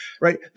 right